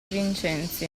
vincenzi